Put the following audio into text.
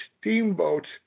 steamboats